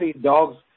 dogs